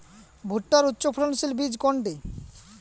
ভূট্টার উচ্চফলনশীল বীজ কোনটি?